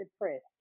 depressed